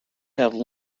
have